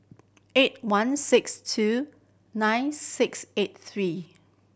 eight one six two nine six eight three